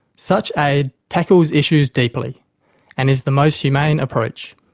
such aid tackles issues deeply and is the most humane approach.